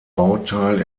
bauteil